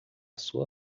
sua